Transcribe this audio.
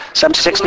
76